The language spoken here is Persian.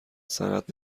سند